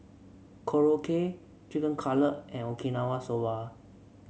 Korokke Chicken Cutlet and Okinawa Soba